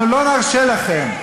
אנחנו לא נרשה לכם.